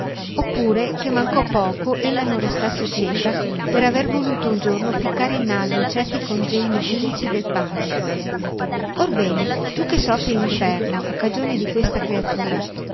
oppure che mancò poco ella non restasse cieca per aver voluto un giorno ficcare il naso in certi congegni chimici del padre orbene tu che soffri l'inferno a cagione di questa creatura